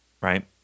right